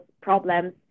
problems